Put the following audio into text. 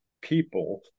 people